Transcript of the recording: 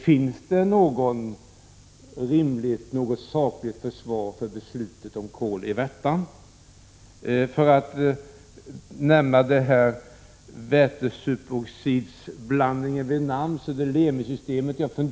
Finns det något sakligt försvar för beslutet om kol i Värtan?